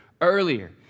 earlier